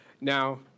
Now